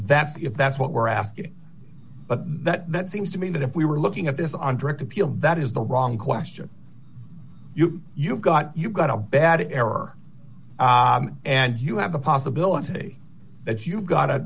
that's if that's what we're asking but that seems to be that if we were looking at this on direct appeal that is the wrong question you've got you've got a bad error and you have the possibility that you got